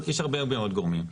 יש הרבה מאוד גורמים,